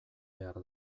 behar